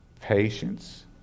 patience